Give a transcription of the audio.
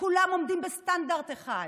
שכולם עומדים בסטנדרט אחד,